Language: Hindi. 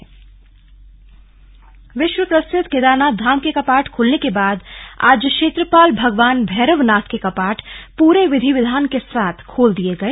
स्लग भैरवनाथ कपाट विश्व प्रसिद्ध केदारनाथ धाम के कपाट खुलने के बाद आज क्षेत्रपाल भगवान भैरव नाथ के कपाट प्रे विधि विधान के साथ खोल दिये गए